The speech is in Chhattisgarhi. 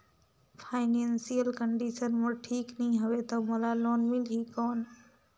फाइनेंशियल कंडिशन मोर ठीक नी हवे तो मोला लोन मिल ही कौन??